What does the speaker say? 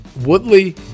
Woodley